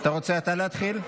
אתה רוצה אתה להתחיל?